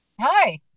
Hi